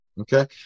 Okay